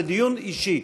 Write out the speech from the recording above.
זה דיון אישי.